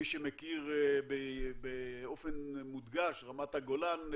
מי שמכיר, באופן מודגש רמת הגולן,